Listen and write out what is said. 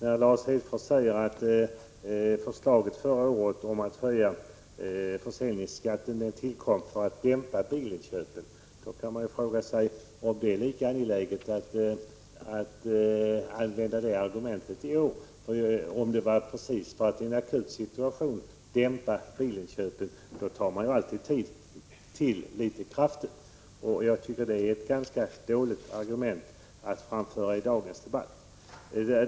Prot. 1985/86:139 Herr talman! När Lars Hedfors säger att förra årets förslag att höja 13 maj 1986 försäljningsskatten tillkom för att dämpa bilinköpen, kan man fråga sig om Andradförsälja: det är lika angeläget att använda detta argument i år. Om man i en akut ke RR IRENE situation vill dämpa bilinköpen, tar man ju alltid till litet kraftigt. Därför Hok KRYA person uar tycker jag att hans argument är ganska dåligt i dagens debatt.